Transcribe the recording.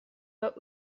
pas